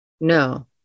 No